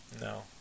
No